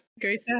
Great